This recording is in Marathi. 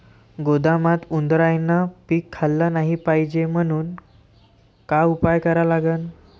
गोदामात उंदरायनं पीक खाल्लं नाही पायजे म्हनून का उपाय करा लागन?